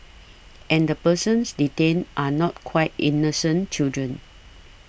and the persons detained are not quite innocent children